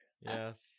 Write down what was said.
yes